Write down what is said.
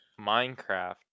Minecraft